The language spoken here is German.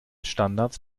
standard